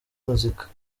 muzika